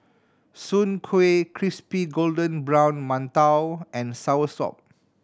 Soon Kueh crispy golden brown mantou and soursop